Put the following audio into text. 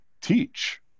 teach